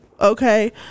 Okay